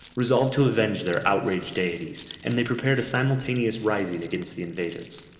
resolved to avenge their outraged deities, and they prepared a simultaneous rising against the invaders.